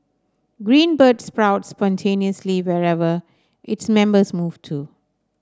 Green Bird sprouts spontaneously wherever its members move to